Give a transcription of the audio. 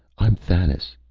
i'm thanis.